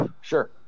sure